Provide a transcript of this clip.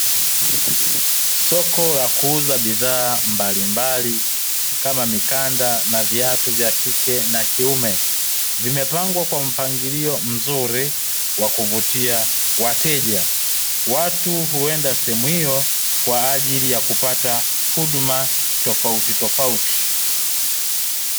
Soko la kuuza bidhaa mbalimbali kama mikanda na viatu vya kike na kiume vimepangwa kwa mpangilio mzuri wa kuvutia wateja. Watu huenda sehemu hiyo kwa ajili ya kupata huduma tofauti tofauti.